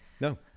No